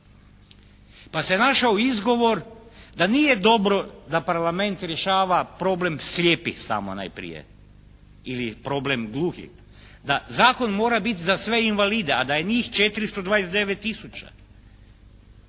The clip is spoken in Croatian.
Pa se našao izgovor da nije dobro da Parlament rješava problem slijepih samo najprije ili problem gluhih, da zakon mora biti za sve invalide, a da je njih 429000, pa